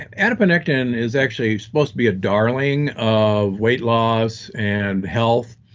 and adiponectin is actually supposed to be a darling of weight loss and health.